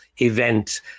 event